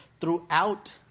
throughout